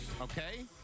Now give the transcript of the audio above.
okay